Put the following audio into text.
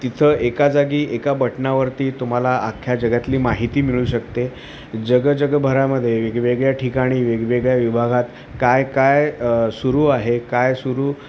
तिथं एका जागी एका बटनावरती तुम्हाला अख्ख्या जगातली माहिती मिळू शकते जगजगभरामध्ये वेगवेगळ्या ठिकाणी वेगवेगळ्या विभागात काय काय सुरू आहे काय सुरू